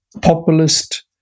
populist